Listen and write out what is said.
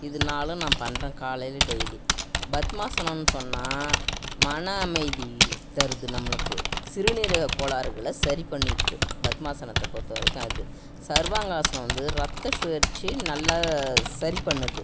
இது நாலும் நான் பண்ணுறேன் காலையில் டெய்லி பத்மாசனம்னு சொன்னால் மன அமைதி தருது நம்மளுக்கு சிறுநீரக கோளாறுகளை சரி பண்ணிடுது பத்மாசனத்தைப் பொறுத்த வரைக்கும் அது சர்வாங்காசனம் வந்து இரத்த சுழற்சி நல்லா சரி பண்ணுது